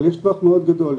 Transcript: אבל יש טווח מאוד גדול,